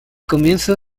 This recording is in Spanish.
comienzo